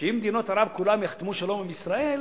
שאם מדינות ערב כולן יחתמו שלום עם ישראל,